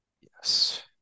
Yes